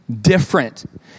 different